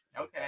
Okay